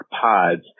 pods